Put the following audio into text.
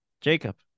Jacob